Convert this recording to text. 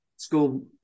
school